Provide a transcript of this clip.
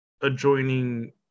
adjoining